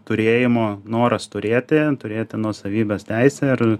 turėjimo noras turėti turėti nuosavybės teisę ir